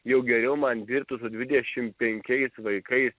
jau geriau man dirbti su dvidešim penkiais vaikais